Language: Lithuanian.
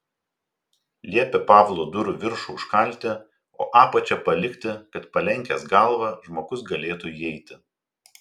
liepė pavlo durų viršų užkalti o apačią palikti kad palenkęs galvą žmogus galėtų įeiti